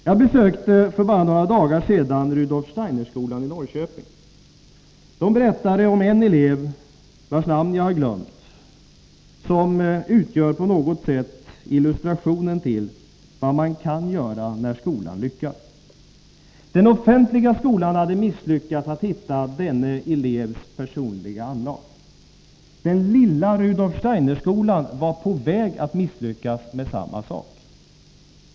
Jag besökte för bara några dagar sedan Rudolf Steinerskolan i Norrköping. Där berättade man om en elev, vars namn jag har glömt, som på något sätt utgör illustrationen till vad som kan göras när skolan lyckas. Den offentliga skolan hade misslyckats att hitta denne elevs personliga anlag. Den lilla Rudolf Steinerskolan var på väg att misslyckas med samma sak.